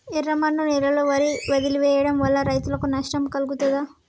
ఎర్రమన్ను నేలలో వరి వదిలివేయడం వల్ల రైతులకు నష్టం కలుగుతదా?